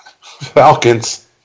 Falcons